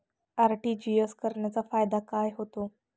RTGS करण्याचा फायदा काय होतो?